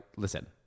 Listen